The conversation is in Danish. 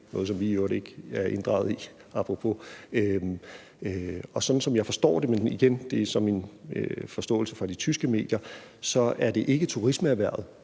noget, som vi i øvrigt ikke er inddraget i, apropos. Sådan som jeg forstår det – men det er så igen min forståelse fra de tyske medier – er det ikke turismeerhvervet,